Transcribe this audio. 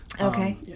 Okay